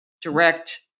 direct